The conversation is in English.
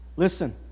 Listen